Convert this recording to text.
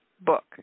book